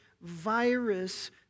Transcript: virus